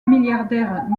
milliardaire